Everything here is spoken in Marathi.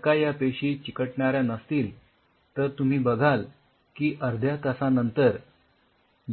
जर का या पेशी चिकटणाऱ्या नसतील तर तुम्ही बघाल की अर्ध्या तासानंतर